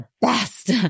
Best